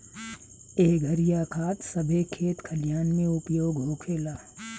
एह घरिया खाद सभे खेत खलिहान मे उपयोग होखेला